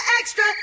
extra